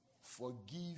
Forgive